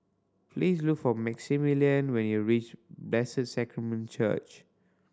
please look for Maximillian when you reach Bless Sacrament Church